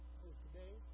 today